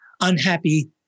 unhappy